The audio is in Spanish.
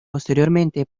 posteriormente